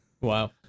Wow